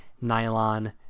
nylon